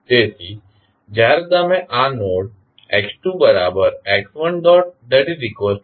તેથી જ્યારે તમે આ નોડ x2x1dx1dt